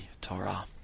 Torah